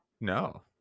no